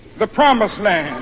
the promised land.